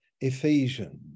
Ephesians